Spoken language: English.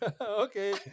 Okay